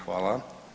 Hvala.